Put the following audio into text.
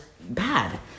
bad